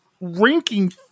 ranking